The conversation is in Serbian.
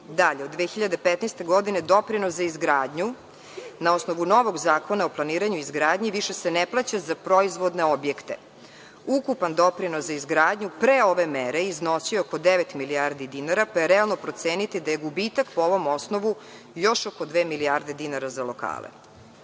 dinara. Od 2015. godine doprinos za izgradnju na osnovu novog Zakona o planiranju i izgradnji više se ne plaća za proizvodne objekte. Ukupan doprinos za izgradnju pre ove mere je iznosio preko devet milijardi dinara, pa je realno proceniti da je gubitak po ovom osnovu još oko dve milijarde dinara za lokale. Svako